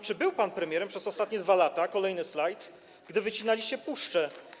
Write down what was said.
Czy był pan premierem przez ostatnie 2 lata - kolejny slajd - gdy wycinaliście puszczę?